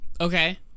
Okay